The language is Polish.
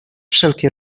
wszelkie